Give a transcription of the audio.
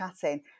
chatting